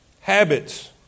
habits